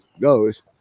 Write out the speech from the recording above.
goes